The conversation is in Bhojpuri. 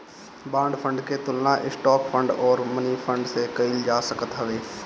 बांड फंड के तुलना स्टाक फंड अउरी मनीफंड से कईल जा सकत हवे